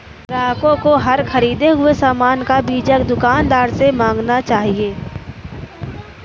ग्राहकों को हर ख़रीदे हुए सामान का बीजक दुकानदार से मांगना चाहिए